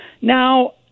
Now